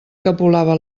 capolava